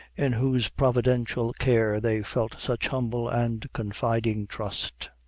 in whose providential care they felt such humble and confiding trust.